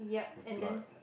with blood